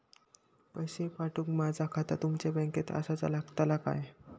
पैसे पाठुक माझा खाता तुमच्या बँकेत आसाचा लागताला काय?